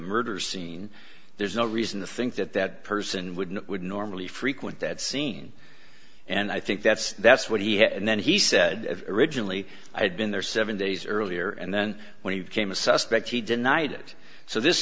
murder scene there's no reason to think that that person would and would normally frequent that scene and i think that's that's what he had and then he said originally i had been there seven days earlier and then when he became a suspect he denied it so